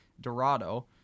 Dorado